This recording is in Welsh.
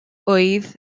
ŵydd